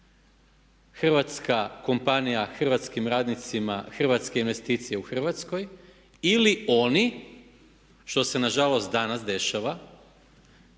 hrvatska kompanija hrvatskim radnicima, hrvatske investicije u Hrvatskoj, ili oni, što se nažalost danas dešava,